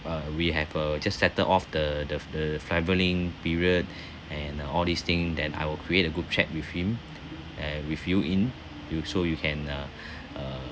uh we have uh just settled off the the the travelling period and all these thing then I will create a group chat with him and with you in you so you can uh uh